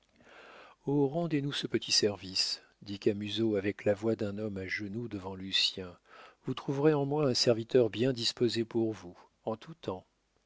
rendez nous ce petit service dit camusot avec la voix d'un homme à genoux devant lucien vous trouverez en moi un serviteur bien disposé pour vous en tout temps